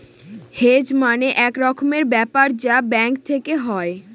hedge মানে এক রকমের ব্যাপার যা ব্যাঙ্ক থেকে হয়